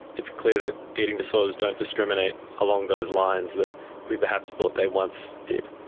it's clear that eating disorders don't discriminate along those lines that we perhaps thought they once did.